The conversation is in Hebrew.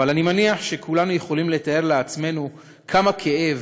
אבל אני מניח שכולנו יכולים לתאר לעצמנו כמה כאב,